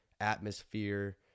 atmosphere